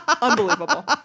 Unbelievable